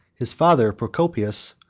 his father, procopius,